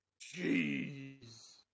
Jeez